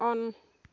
on